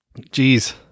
Jeez